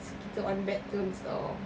kita on bad terms [tau]